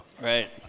Right